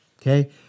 okay